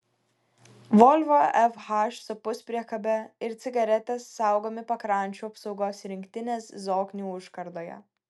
volvo fh su puspriekabe ir cigaretės saugomi pakrančių apsaugos rinktinės zoknių užkardoje